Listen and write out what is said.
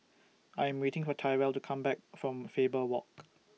I Am waiting For Tyrell to Come Back from Faber Walk